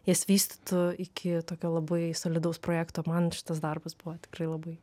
jas vystytų iki tokio labai solidaus projekto man šitas darbas buvo tikrai labai